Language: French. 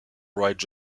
wright